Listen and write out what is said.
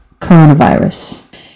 coronavirus